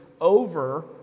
over